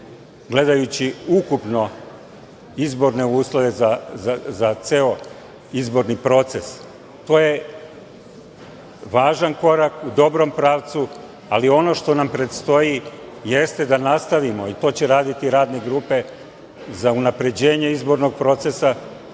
gledajući ukupno izborne uslove za ceo izborni proces. To je važan korak u dobrom pravcu, ali ono što nam predstoji jeste da nastavimo i to će raditi radne grupe za unapređenje izbornog procesa.